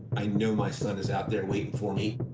i know my son is out there waiting for me,